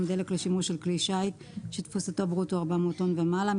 דלק לשימוש של כלי שיט שתפוסתו ברוטו 400 טון ומעלה,